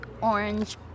orange